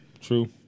True